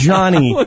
Johnny